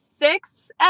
Six